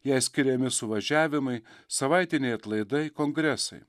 jai skiriami suvažiavimai savaitiniai atlaidai kongresai